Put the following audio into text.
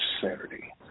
Saturday